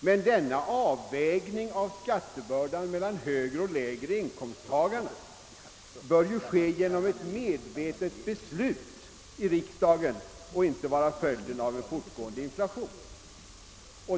Men denna avvägning av skattebördan mellan de högre och de lägre inkomsttagarna bör ske genom ett medvetet beslut i riksdagen och får inte vara följden av en fortgående inflation.